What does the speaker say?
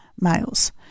males